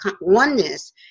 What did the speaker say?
oneness